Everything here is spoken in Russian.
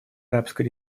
арабской